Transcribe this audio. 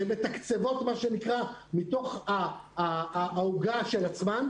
והן מתקצבות את תפעול המינהלת מתוך העוגה של עצמן.